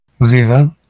Ziva